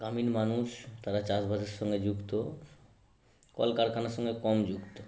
গ্রামীণ মানুষ তারা চাষবাসের সঙ্গে যুক্ত কলকারখানার সঙ্গে কম যুক্ত